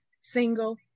single